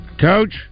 Coach